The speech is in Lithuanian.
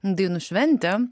dainų šventę